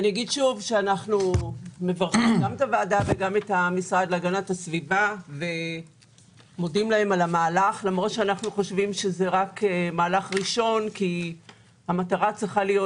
אנחנו חושבים שזה רק מהלך ראשון כי המטרה צריכה להיות,